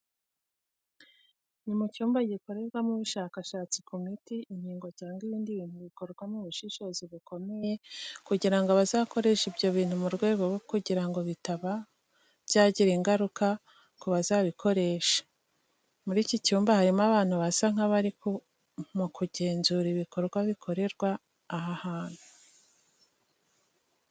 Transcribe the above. Ni mu cyumba gikorerwamo ubushakashatsi ku miti, inkingo cyangwa ibindi bintu bikorwa mu bushishozi bukomeye kugira ngo abazakoresha ibyo bintu mu rwego rwo kugira ngo bitaba byagira ingaruka kubazabikoresha. Muri iki cyumba harimo abantu basa nk'abari mu kugenzura ibikorwa bikorerwa aha hantu.